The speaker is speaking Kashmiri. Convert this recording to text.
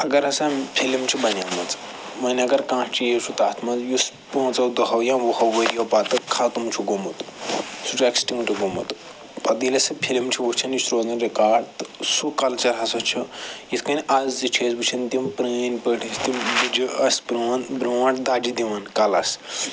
اگر ہَسا فِلم چھِ بنامٕژ وَنہِ اگر کانٛہہ چیٖز چھُ تتھ منٛز یُس پانٛژو دۄہو یا وُہو ؤریو پتہٕ ختم چھُ گوٚمُت سُہ چھُ اٮ۪کٕسٹِنٛگٹ گوٚمُت پتہٕ ییٚلہِ اَسہِ یہِ فلِم چھِ وٕچھن یہِ چھُ روزان رِکاڈ سُہ کلچر ہَسا چھُ یِتھ کٔنۍ آزِ چھِ أسۍ وٕچھان تِم پرٲنۍ پٲٹھۍ ٲسۍ تِم بٕجہِ آس پرون برونٹھ دَجہِ دِوان کَلس